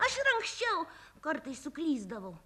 aš ir anksčiau kartais suklysdavau